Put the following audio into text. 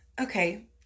okay